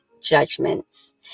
judgments